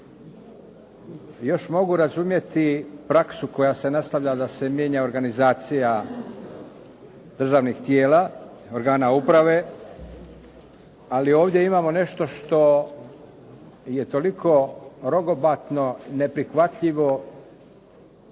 Još mogu razumjeti praksu da se mijenja organizacija državnih tijela, organa uprave, ali ovdje imamo nešto što je toliko rogobatno, neprihvatljivo